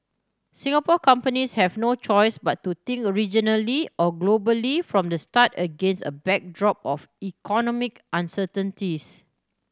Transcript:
Singapore companies have no choice but to think regionally or globally from the start against a backdrop of economic uncertainties